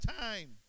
time